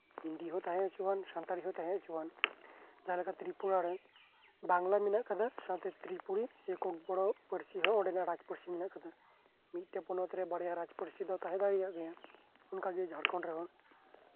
ᱦᱤᱱᱫᱤ ᱦᱚᱸ ᱛᱟᱸᱦᱮ ᱦᱚᱪᱚ ᱟᱱ ᱥᱟᱱᱛᱟᱲᱤ ᱦᱚᱸ ᱛᱟᱸᱦᱮ ᱦᱚᱪᱚᱟᱱ ᱡᱮᱞᱟ ᱛᱤᱨᱤᱯᱩᱨᱟᱨᱮ ᱵᱟᱝᱞᱟ ᱢᱮᱱᱟᱜ ᱠᱟᱫᱟ ᱥᱟᱶᱛᱮ ᱛᱤᱨᱤᱯᱩᱨᱤ ᱥᱮᱨᱚᱠᱚᱢ ᱯᱩᱨᱟᱹ ᱚᱱᱰᱮᱜᱮ ᱨᱟᱡᱽ ᱯᱟᱹᱨᱥᱤ ᱢᱮᱱᱟᱜ ᱠᱟᱫᱟ ᱢᱤᱫᱴᱟᱱ ᱯᱚᱱᱚᱛᱨᱮ ᱵᱟᱨᱭᱟ ᱨᱟᱡᱽ ᱯᱟᱹᱨᱥᱤ ᱫᱚ ᱛᱟᱸᱦᱮ ᱫᱟᱲᱮᱭᱟᱜ ᱜᱮᱭᱟ ᱚᱱᱠᱟᱜᱮ ᱡᱷᱟᱲᱠᱷᱚᱱᱰ ᱨᱮᱦᱚᱸ